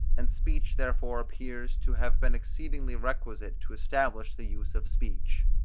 and speech therefore appears to have been exceedingly requisite to establish the use of speech.